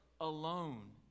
alone